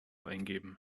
eingeben